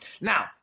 Now